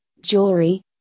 jewelry